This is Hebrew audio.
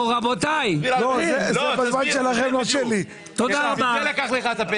לא נראה לי שהיו בעיות עד כה.